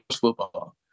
football